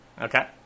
Okay